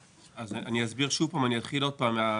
אוקי אז אני אסביר שוב פעם אני אתחיל עוד פעם.